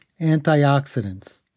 antioxidants